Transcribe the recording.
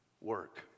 work